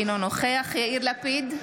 אינו נוכח יאיר לפיד,